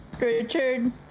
Richard